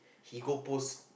he go post